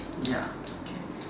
ya okay